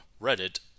Reddit